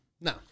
No